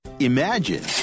Imagine